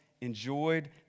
enjoyed